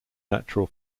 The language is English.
natural